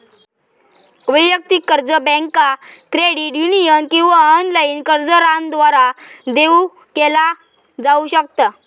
वैयक्तिक कर्ज बँका, क्रेडिट युनियन किंवा ऑनलाइन कर्जदारांद्वारा देऊ केला जाऊ शकता